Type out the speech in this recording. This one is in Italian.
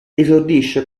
esordisce